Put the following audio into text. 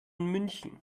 münchen